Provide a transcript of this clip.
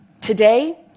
Today